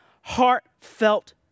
heartfelt